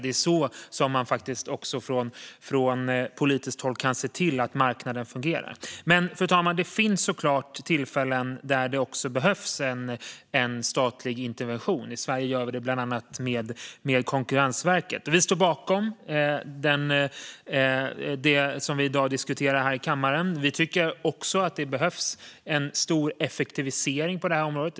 Det är så man också från politiskt håll kan se till att marknaden fungerar. Men, fru talman, det finns såklart tillfällen då det behövs statlig intervention. I Sverige gör vi det bland annat med Konkurrensverket. Liberalerna står bakom det som vi diskuterar här i kammaren i dag. Vi tycker också att det behövs en stor effektivisering på det här området.